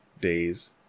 days